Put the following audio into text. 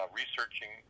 researching